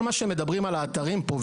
כל מה שמדברים על האתרים פה,